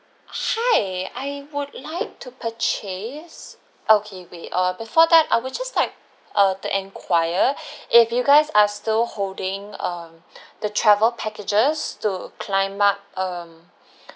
hi I would like to purchase okay wait uh before that I would just like uh to enquire if you guys are still holding um the travel packages to climb up um